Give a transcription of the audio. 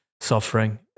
suffering